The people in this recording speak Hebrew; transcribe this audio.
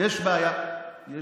יש בעיה.